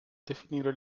definire